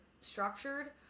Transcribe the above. structured